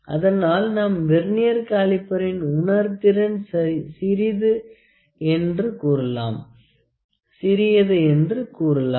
அதனால் நம் வெர்னியர் காலிப்பரின் உணர்திறன் சிறியது என்று கூறலாம்